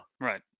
Right